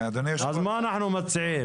אז מה אנחנו מציעים?